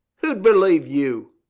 who'd believe you?